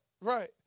right